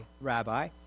Rabbi